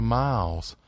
miles